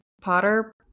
potter